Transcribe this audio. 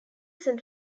san